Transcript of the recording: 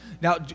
Now